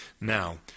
Now